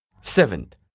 Seventh